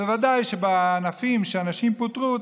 בוודאי שבענפים שאנשים פוטרו,